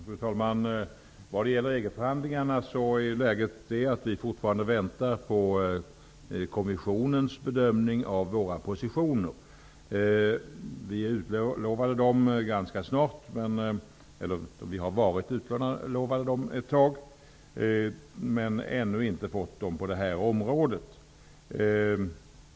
Fru talman! Vad gäller EG-förhandlingarna är läget att vi fortfarande väntar på kommissionens bedömning av våra positioner. Vi har ett tag varit utlovade sådana besked men ännu inte fått dem på det här området.